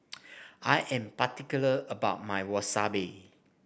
I am particular about my Wasabi